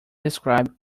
describe